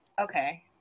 okay